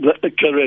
Correct